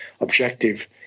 objective